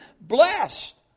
Blessed